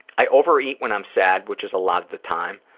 i overeat when i'm sad which is a lot of the time.